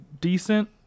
decent